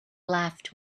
laughed